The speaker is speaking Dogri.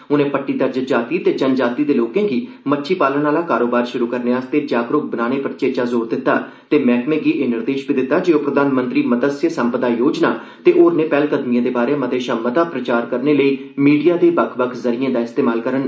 उर्ने पट्टी दर्ज जाति ते जनजाति दे लोके गी मच्छी पालन आहला कारोबार शुरु करने लेई जागरूक बनाने पर चेचा जोर दित्ता ते मैहकमे गी एह् निर्देश बी दित्ता जे ओह् प्रधानमंत्री मतस्य सम्पदा योजना ते होरनें पैहलकदमिएं बारै मते शा मता प्रचार करने लेई मीडिया दे बक्ख बक्ख ज़रियें दा इस्तेमाल करन